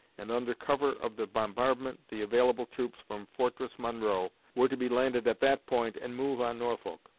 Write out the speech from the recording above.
and under cover of the bombardment the available troops from fortress monroe were to be landed at that point and move on norfolk.